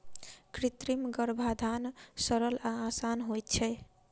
कृत्रिम गर्भाधान सरल आ आसान होइत छै